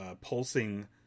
pulsing